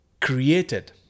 created